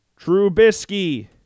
Trubisky